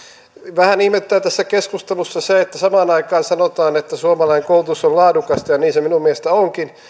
vähän ihmetyttää tässä keskustelussa se että samaan aikaan sanotaan että suomalainen koulutus on laadukasta ja niin se minun mielestäni onkin